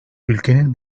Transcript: ülkenin